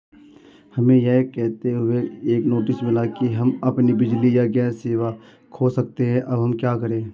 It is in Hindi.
हमें यह कहते हुए एक नोटिस मिला कि हम अपनी बिजली या गैस सेवा खो सकते हैं अब हम क्या करें?